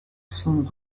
sont